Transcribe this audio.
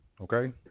Okay